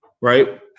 Right